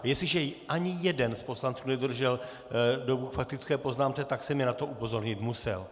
Jestliže ani jeden z poslanců nedodržel dobu k faktické poznámce, tak jsem je na to upozornit musel.